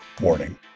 Warning